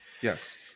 Yes